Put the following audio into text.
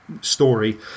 story